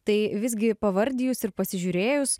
tai visgi pavardijus ir pasižiūrėjus